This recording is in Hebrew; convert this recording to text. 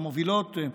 המובילות,